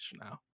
now